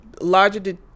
larger